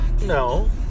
No